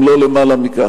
אם לא למעלה מכך.